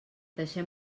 deixem